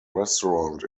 restaurant